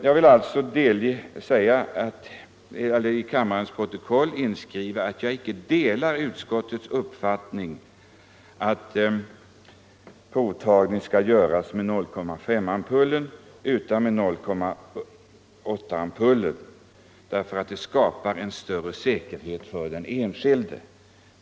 Jag vill alltså i kammarens protokoll få inskrivet att jag icke delar utskottets uppfattning att. provtagning skall göras med 0,5-promilleampullen. Den bör i stället ske med 0,8-promilleampullen eftersom det skapar en större säkerhet för den enskilde.